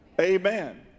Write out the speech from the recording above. Amen